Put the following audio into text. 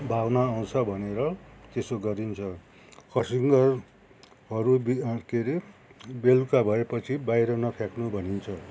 भावना आउँछ भनेर त्यसो गरिन्छ कसिङ्गरहरू बि के अरे बेलुका भएपछि बाहिर नफ्याँक्नु भनिन्छ